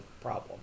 problem